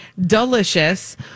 delicious